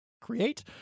create